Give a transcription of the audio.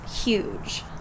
huge